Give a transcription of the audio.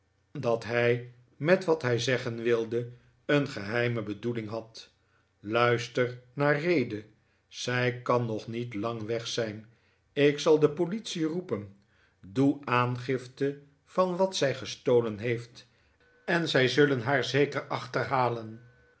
dat hij met wat hij zeggen wilde een geheime bedoeling had luister naar rede zij kan nog niet lang weg zijn ik zal de politie roepen doe aangifte van wat zij gestolen heeft en zij zullen haar zeker achterhalen